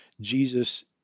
Jesus